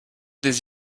des